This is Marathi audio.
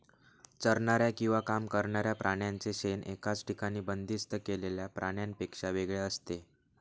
चरणाऱ्या किंवा काम करणाऱ्या प्राण्यांचे शेण एकाच ठिकाणी बंदिस्त केलेल्या प्राण्यांपेक्षा वेगळे असते